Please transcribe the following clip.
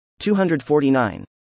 249